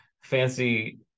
fancy